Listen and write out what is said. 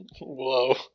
Whoa